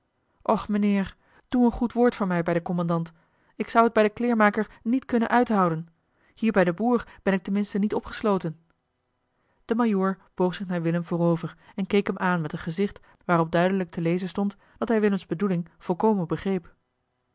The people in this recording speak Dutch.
och mijnheer doe een goed woord voor mij bij den kommandant ik zou het bij den kleermaker niet kunnen uithouden hier bij den boer ben ik ten minste niet opgesloten de majoor boog zich naar willem voorover en keek hem aan met een gezicht waarop duidelijk te lezen stond dat hij willems bedoeling volkomen begreep